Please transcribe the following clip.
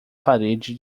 parede